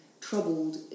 troubled